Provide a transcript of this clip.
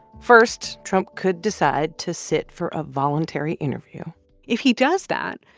first, trump could decide to sit for a voluntary interview if he does that,